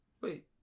Wait